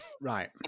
Right